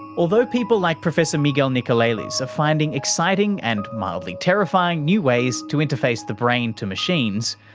although people like professor miguel nicolelis are finding exciting and mildly terrifying new ways to interface the brain to machines,